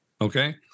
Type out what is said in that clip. Okay